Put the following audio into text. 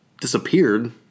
Disappeared